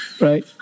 right